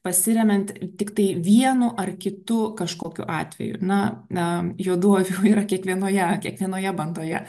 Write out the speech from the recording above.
pasiremiant tiktai vienu ar kitu kažkokiu atveju na na juodų avių yra kiekvienoje kiekvienoje bandoje